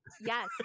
Yes